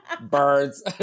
Birds